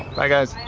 bye, guys.